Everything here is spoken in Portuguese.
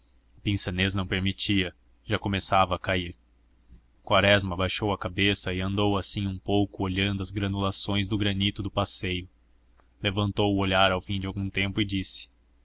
pince-nez não permitia já começava a cair quaresma abaixou a cabeça e andou assim um pouco olhando as granulações do granito do passeio levantou o olhar ao fim de algum tempo e disse